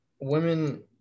Women